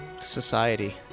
society